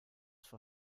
vor